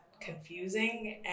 confusing